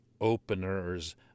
openers